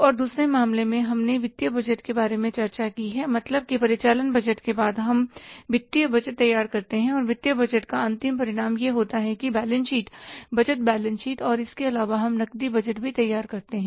और दूसरे मामले में हमने वित्तीय बजट के बारे में चर्चा की मतलब की परिचालन बजट के बाद हम वित्तीय बजट तैयार करते हैं और वित्तीय बजट का अंतिम परिणाम यह होता है कि balance sheet budget balance sheet और इसके अलावा हम नकदी बजट भी तैयार करते हैं